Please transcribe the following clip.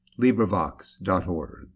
LibriVox.org